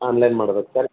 online ಮಾಡ್ಬೇಕಾ sir